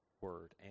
word